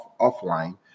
offline